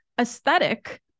aesthetic